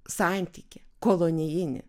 santykį kolonijinį